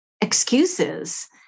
excuses